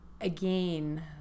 Again